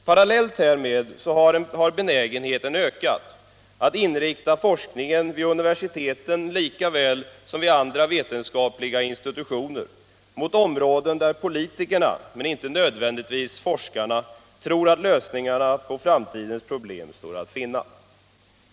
Parallellt härmed har benägenheten ökat att inrikta forskningen vid universiteten lika väl som vid andra vetenskapliga institutioner mot om råden där politikerna men inte nödvändigtvis forskarna tror att lösningarna på framtidens problem står att finna.